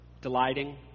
delighting